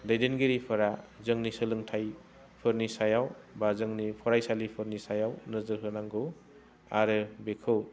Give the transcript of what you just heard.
दैदेनगिरिफोरा जोंनि सोलोंथाइफोरनि सायाव बा जोंनि फराइसालिफोरनि सायाव नोजोर होनांगौ आरो बेखौ